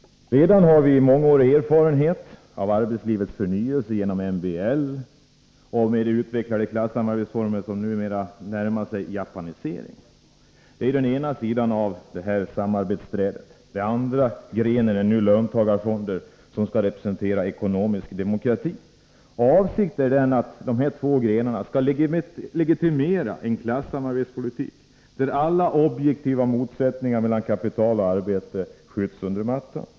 Redan har vi mångårig erfarenhet av arbetslivets förnyelse genom MBL, med de utvecklade klassamarbetsformer som numera närmar sig japanisering. Det är den ena grenen på samarbetsträdet, den andra är löntagarfonder som skall representera ekonomisk demokrati. Avsikten är att de här två grenarna skall legitimera en klassamarbetspolitik, där alla objektiva motsättningar mellan kapital och arbete sopas under mattan.